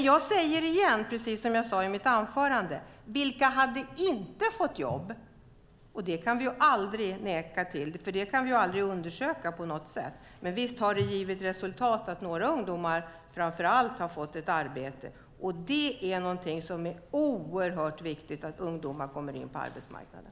Jag säger igen, precis som jag sade i mitt anförande: Vilka hade inte fått jobb? Det kan vi aldrig undersöka på något sätt. Men visst har det givit resultat, framför allt genom att några ungdomar har fått arbete. Det är oerhört viktigt att ungdomar kommer in på arbetsmarknaden.